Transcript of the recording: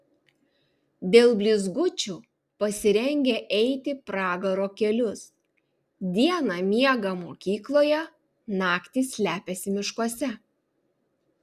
dėl blizgučių pasirengę eiti pragaro kelius dieną miega mokykloje naktį slepiasi miškuose